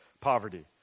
poverty